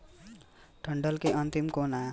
डंठल के अंतिम कोना के टुनगी कहल जाला